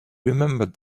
remembered